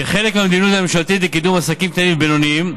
כחלק מהמדיניות הממשלתית לקידום עסקים קטנים ובינוניים,